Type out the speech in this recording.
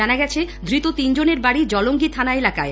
জানা গেছে ধৃত তিনজনের বাড়ি জলঙ্গি থানা এলাকায়